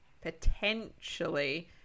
potentially